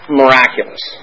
miraculous